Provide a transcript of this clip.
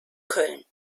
köln